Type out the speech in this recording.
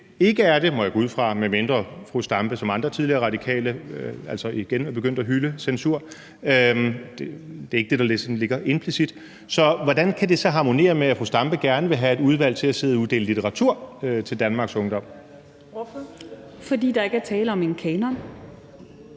ikke er det, må jeg gå ud fra, medmindre fru Zenia Stampe som andre tidligere radikale igen er begyndt at hylde censur. Det er ikke det, der sådan ligger implicit, vel? Så hvordan kan det harmonere med, at fru Zenia Stampe gerne vil have et udvalg til at sidde og uddele litteratur til Danmarks ungdom? Kl. 22:11 Fjerde næstformand